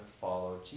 follow